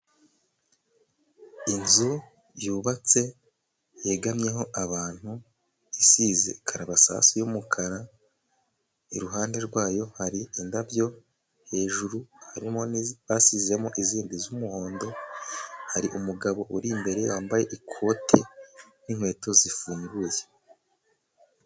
Inzu yubatse yegamyeho abantu isize karabasasu y'umukara, iruhande rwayo hari indabyo hejuru harimo basizemo izindi z'umuhondo. Hari umugabo uri imbere wambaye ikote n'inkweto zifunguye.